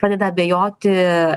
pradeda abejoti